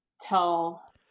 tell